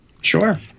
Sure